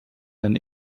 ein